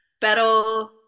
pero